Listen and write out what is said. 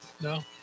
No